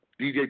DJ